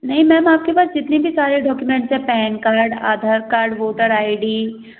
नहीं मैम आपके पास जितने भी सारे डौक्यूमेंट्स हैं PAN card Aadhaar card voter I D